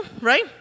right